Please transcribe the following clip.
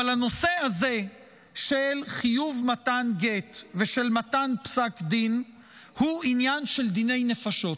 אבל הנושא הזה של חיוב מתן גט ושל מתן פסק דין הוא עניין של דיני נפשות.